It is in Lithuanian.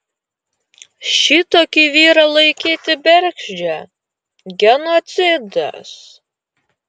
šitokį vyrą laikyti bergždžią genocidas